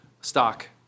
stock